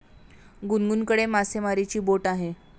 गुनगुनकडे मासेमारीची बोट आहे